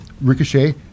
Ricochet